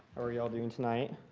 are you all doing tonight?